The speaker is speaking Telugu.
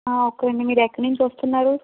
ఓకేనండి మీరు ఎక్కడ నుంచి వస్తున్నారు